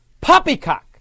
poppycock